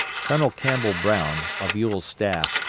colonel campbell brown, of ewell's staff,